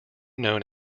known